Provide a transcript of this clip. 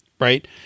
right